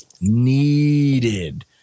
needed